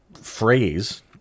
phrase